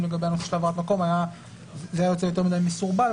לגבי הנושא של העברת מקום היה יוצא יותר מדי מסורבל,